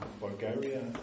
Bulgaria